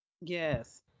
Yes